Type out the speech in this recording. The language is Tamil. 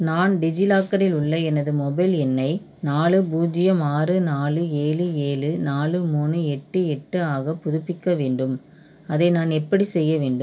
நான் டிஜிலாக்கரில் உள்ள எனது மொபைல் எண்ணை நாலு பூஜ்ஜியம் ஆறு நாலு ஏழு ஏழு நாலு மூணு எட்டு எட்டு ஆக புதுப்பிக்க வேண்டும் அதை நான் எப்படிச் செய்ய வேண்டும்